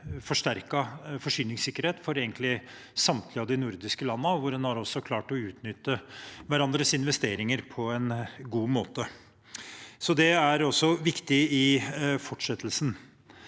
forsterket forsyningssikkerhet for samtlige av de nordiske landene, og hvor en også har klart å utnytte hverandres investeringer på en god måte. Det er også viktig i fortsettelsen.